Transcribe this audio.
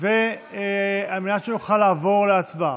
על מנת שנוכל לעבור להצבעה.